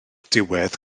diwedd